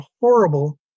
horrible